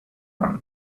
run